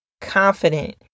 confident